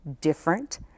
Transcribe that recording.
different